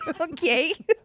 Okay